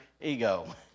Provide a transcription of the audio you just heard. ego